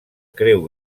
creu